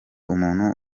umuntu